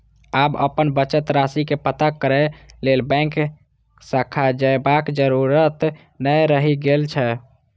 आब अपन बचत राशि के पता करै लेल बैंक शाखा जयबाक जरूरत नै रहि गेल छै